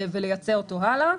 לייצא אותו הלאה.